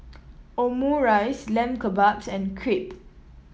Omurice Lamb Kebabs and Crepe